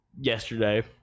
yesterday